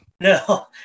No